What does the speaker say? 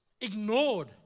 ignored